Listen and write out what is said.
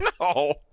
No